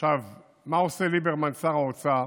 עכשיו, מה עושה ליברמן, שר האוצר?